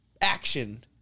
action